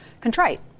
contrite